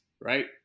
right